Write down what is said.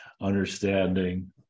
understanding